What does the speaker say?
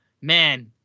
man